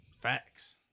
Facts